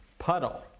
Puddle